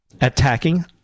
attacking